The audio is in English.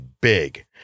big